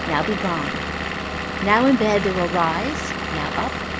now be gone now in bed they will rise, now up,